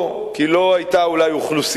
או שלא תמיד היתה אוכלוסייה,